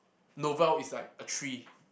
novel is like a three